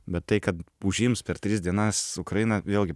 bet tai kad užims per tris dienas ukrainą vėlgi